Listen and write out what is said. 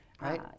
Right